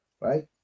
right